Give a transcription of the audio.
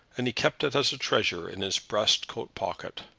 and he kept it as a treasure in his breast coat-pocket.